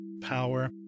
power